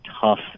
tough